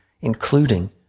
including